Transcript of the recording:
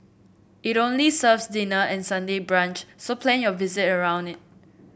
it only serves dinner and Sunday brunch so plan your visit around it